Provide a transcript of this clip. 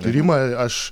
tyrimą aš